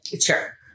Sure